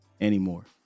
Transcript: anymore